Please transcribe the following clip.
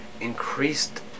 increased